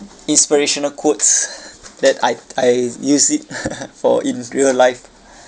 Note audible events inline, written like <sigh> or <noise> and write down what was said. inspirational quotes <breath> that I I use it <laughs> for in real life